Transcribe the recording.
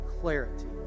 clarity